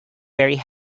very